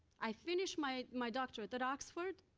i finish my my doctorate at oxford.